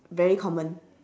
very common